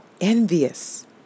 envious